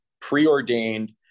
preordained